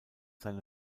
seine